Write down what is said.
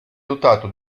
dotato